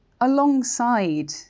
alongside